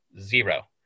zero